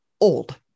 Old